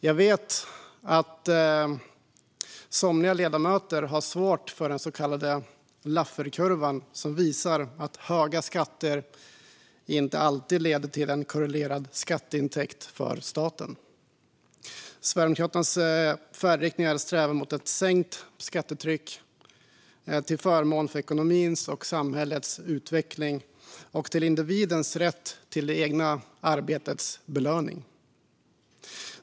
Jag vet att somliga ledamöter har svårt för den så kallade Lafferkurvan, som visar att höga skatter inte alltid leder till en korrelerad skatteintäkt för staten. Sverigedemokraternas färdriktning är att sträva mot ett sänkt skattetryck till förmån för ekonomins och samhällets utveckling och till individens rätt till det egna arbetets belöning.